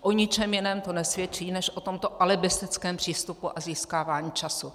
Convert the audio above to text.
O ničem jiném to nesvědčí než o tomto alibistickém přístupu a získávání času.